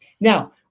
now